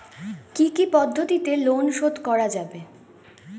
কি কি পদ্ধতিতে লোন শোধ করা যাবে?